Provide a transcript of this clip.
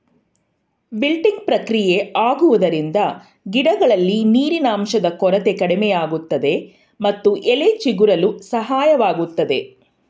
wilting ಪ್ರಕ್ರಿಯೆ ಆಗುವುದರಿಂದ ಗಿಡಗಳಲ್ಲಿ ನೀರಿನಂಶದ ಕೊರತೆ ಕಡಿಮೆಯಾಗುತ್ತದೆ ಮತ್ತು ಎಲೆ ಚಿಗುರಲು ಸಹಾಯವಾಗುತ್ತದೆ